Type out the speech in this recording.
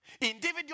Individual